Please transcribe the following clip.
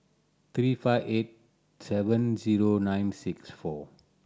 three five eight seven zero nine six four